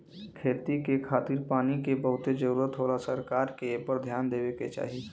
खेती के खातिर पानी के बहुते जरूरत होला सरकार के एपर ध्यान देवे के चाही